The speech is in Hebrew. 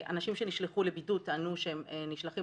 אנשים שנשלחו לבידוד טענו שהם נשלחים